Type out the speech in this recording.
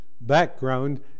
background